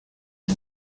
sie